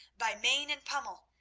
by mane and pommel.